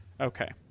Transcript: Okay